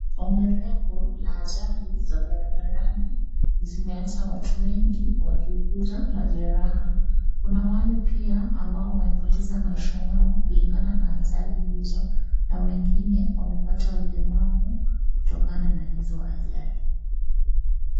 Ongezeko za ajali barabarani zimeacha watu wengi wakiuguza majeraha kuna wale pia ambao wamepoteza maisha yao kulingana na ajali hizo na wengine wamepata ulemavu kutokana na hizo ajali.